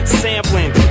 sampling